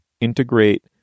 Integrate